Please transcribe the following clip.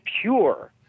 pure